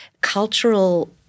cultural